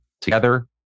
together